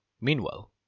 Meanwhile